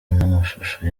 namashusho